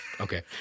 okay